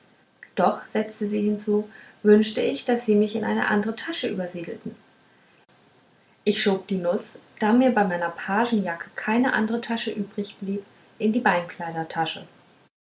doch setzte sie hinzu wünschte ich daß sie mich in eine andre tasche übersiedelten ich schob die nuß da mir bei meiner pagenjacke keine andere tasche übrigblieb in die